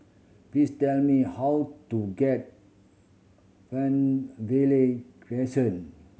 please tell me how to get Fernvale Crescent